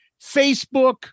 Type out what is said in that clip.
Facebook